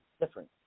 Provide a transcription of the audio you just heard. different